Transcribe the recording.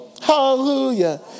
Hallelujah